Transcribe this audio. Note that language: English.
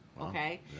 okay